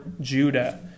Judah